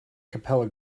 capella